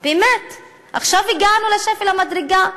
באמת, עכשיו הגענו לשפל המדרגה?